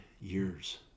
years